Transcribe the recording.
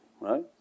right